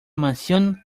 mansión